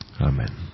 Amen